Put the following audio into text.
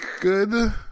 good